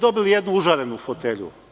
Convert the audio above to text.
Dobili ste jednu užarenu fotelju.